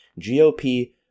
GOP